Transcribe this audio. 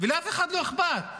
ולאף אחד לא אכפת.